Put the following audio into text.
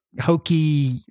hokey